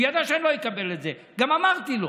הוא ידע שאני לא אקבל את זה,; גם אמרתי לו.